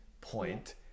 point